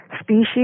species